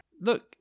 look